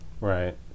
right